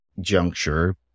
juncture